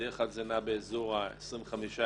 בדרך כלל זה נע באזור ה-25 יום,